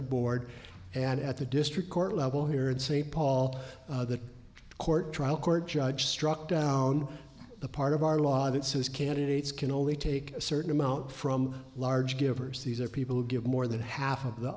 the board and at the district court level here in st paul the court trial court judge struck down the part of our law that says candidates can only take a certain amount from large givers these are people who give more than half of the